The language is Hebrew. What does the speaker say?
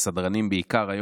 הסדרנים בעיקר,